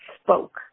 spoke